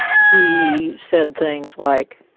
he said things like,